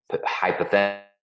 hypothetical